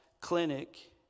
clinic